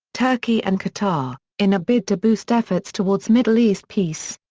turkey and qatar, in a bid to boost efforts towards middle east peace.